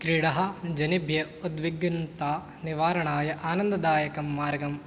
क्रीडाः जनेभ्यः उद्विग्नतानिवारणाय आनन्ददायकं मार्गं